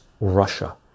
russia